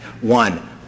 One